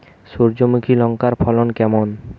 সূর্যমুখী লঙ্কার ফলন কেমন?